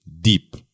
deep